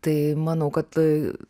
tai manau kad